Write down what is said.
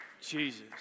Jesus